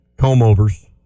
comb-overs